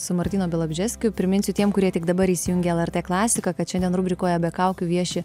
su martynu bialobžeskiu priminsiu tiem kurie tik dabar įsijungė lrt klasiką kad šiandien rubrikoje be kaukių vieši